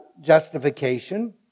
justification